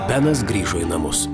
benas grįžo į namus